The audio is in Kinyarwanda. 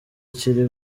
kiri